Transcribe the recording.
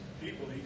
people